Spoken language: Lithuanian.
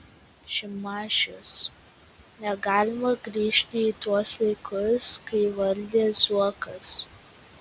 šimašius negalima grįžti į tuos laikus kai valdė zuokas